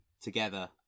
together